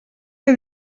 que